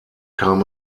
kam